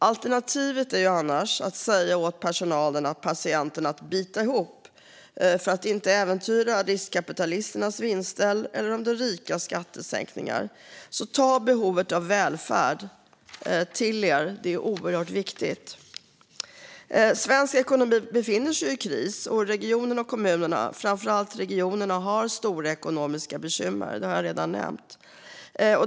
Alternativet är att säga åt personal och patienter att bita ihop för att inte äventyra riskkapitalisternas vinster eller de rikas skattesänkningar. Ta till er behovet av välfärd! Det är oerhört viktigt. Svensk ekonomi befinner sig i kris. Regionerna och kommunerna, framför allt regionerna, har stora ekonomiska bekymmer. Detta har jag redan nämnt.